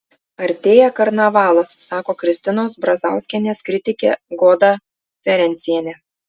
artėja karnavalas sako kristinos brazauskienės kritikė goda ferencienė